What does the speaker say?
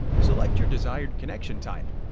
select your desired connection type.